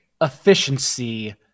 efficiency